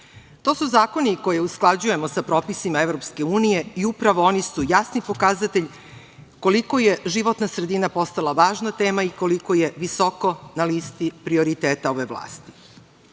To su zakoni koje usklađujemo sa propisima Evropske unije i upravo oni su jasni pokazatelj koliko je životna sredina postala važna tema i koliko je visoko na listi prioriteta ove vlasti. Da